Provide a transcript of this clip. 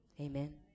Amen